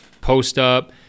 post-up